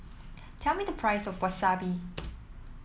tell me the price of Wasabi